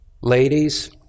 Ladies